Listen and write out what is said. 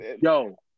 yo